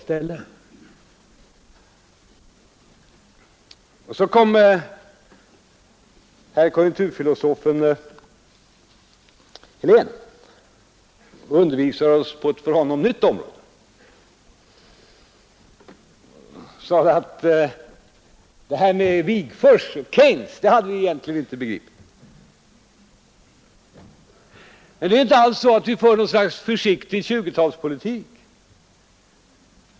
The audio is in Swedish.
Så kom herr konjunkturfilosofen Helén och undervisade oss på ett för honom nytt område. Han sade att det här med Wigforss och Keynes hade vi egentligen inte begripit. Det är inte alls så att vi fört något slags försiktig tjugotalspolitik.